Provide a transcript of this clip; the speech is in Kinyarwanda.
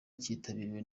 kitabiriwe